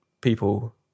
people